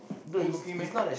good looking meh